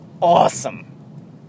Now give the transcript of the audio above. awesome